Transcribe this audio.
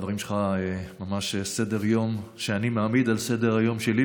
הדברים שלך הם ממש סדר-יום שאני מעמיד על סדר-היום שלי,